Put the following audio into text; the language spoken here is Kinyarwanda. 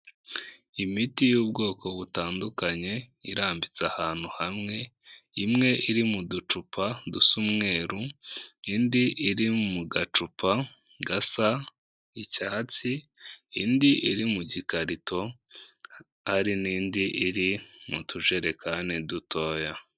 Imiti y'ubwoko butandukanye irambitse ahantu hamwe, imwe iri mu ducupa dusa umweru, indi iri mu gacupa gasa icyatsi, indi iri mu gikarito, hari n'indi iri mu tujerekani dutoya.